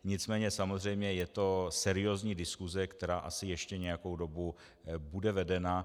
Nicméně samozřejmě je to seriózní diskuse, která ještě asi nějakou dobu bude vedená.